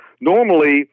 normally